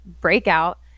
Breakout